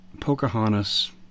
Pocahontas